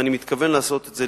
ואני מתכוון לעשות את זה,